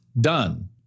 done